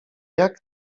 jak